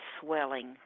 swelling